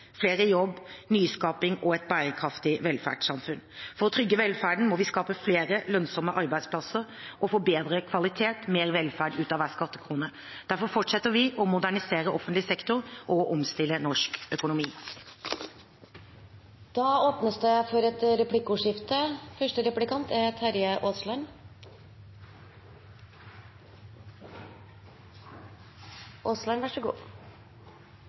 flere i jobb, nyskaping og et bærekraftig velferdssamfunn. For å trygge velferden må vi skape flere lønnsomme arbeidsplasser og få bedre kvalitet og mer velferd ut av hver skattekrone. Derfor fortsetter vi å modernisere offentlig sektor og å omstille norsk økonomi. Det blir replikkordskifte. Det som gir grunn til alvorlig bekymring, er